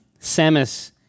Samus